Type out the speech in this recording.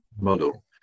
model